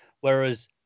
Whereas